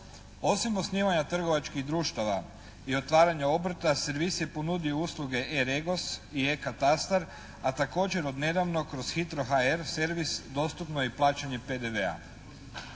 Osim osnivanja trgovačkih društava i otvaranja obrta servis je ponudio usluge «E-Regos» i «E katastar» a također od nedavno kroz «Hitro HR» servis dostupno je i plaćanje PDV-a.